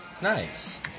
Nice